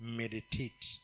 meditate